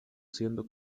siendo